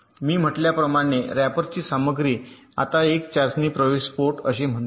मी म्हटल्याप्रमाणे रॅपरची सामग्री आता एक चाचणी प्रवेश पोर्ट असे म्हणतात